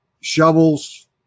shovels